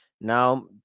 Now